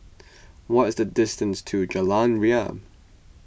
what is the distance to Jalan Ria